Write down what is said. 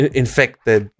infected